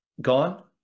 gone